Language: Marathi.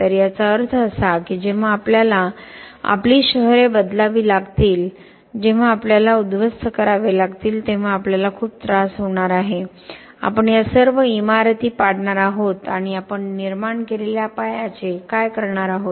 तर याचा अर्थ असा की जेव्हा आपल्याला आपली शहरे बदलावी लागतील जेव्हा आपल्याला उद्ध्वस्त करावे लागतील तेव्हा आपल्याला खूप त्रास होणार आहे आपण या सर्व इमारती पाडणार आहोत आणि आपण निर्माण केलेल्या पायाचे आपण काय करणार आहोत